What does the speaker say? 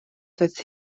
doedd